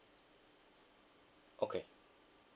okay